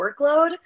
workload